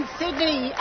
sydney